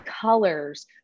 colors